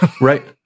Right